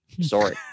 Sorry